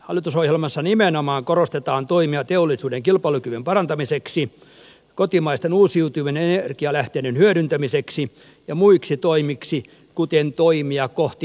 hallitusohjelmassa nimenomaan korostetaan toimia teollisuuden kilpailukyvyn parantamiseksi kotimaisten uusiutuvien energialähteiden hyödyntämiseksi ja muiksi toimiksi kuten toimia kohti hiilineutraalia yhteiskuntaa